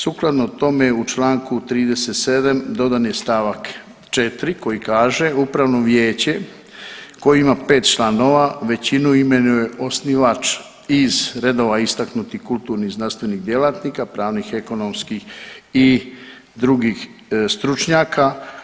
Sukladno tome u članku 37. dodan je stavak 4. koji kaže Upravno vijeće koje ima 5 članova većinu imenuje osnivač iz redova istaknutih kulturnih, znanstvenih djelatnika, pravnih, ekonomskih i drugih stručnjaka.